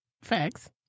Facts